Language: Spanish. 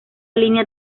línea